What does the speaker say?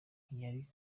ntiyari